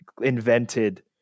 invented –